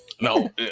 No